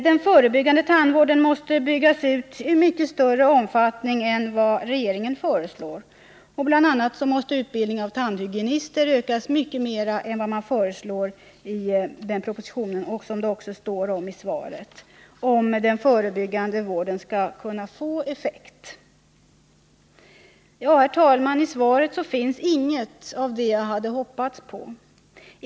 Den förebyggande tandvården måste byggas ut i mycket större omfattning än vad regeringen föreslår. Bl. a. måste utbildningen av tandhygienister utökas mycket mer än vad man föreslår i propositionen, och — som det också står om i svaret — för att den förebyggande vården skall kunna få effekt. Herr talman! I svaret finns inget av det jag hade hoppats på.